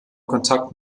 kontakt